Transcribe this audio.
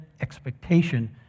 expectation